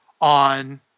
on